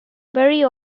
very